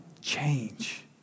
change